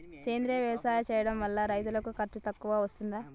సేంద్రీయ వ్యవసాయం చేయడం వల్ల రైతులకు ఖర్చు తక్కువగా వస్తదా?